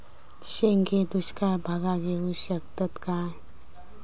शेंगे दुष्काळ भागाक येऊ शकतत काय?